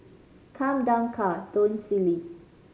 come down car don't silly